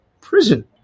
prison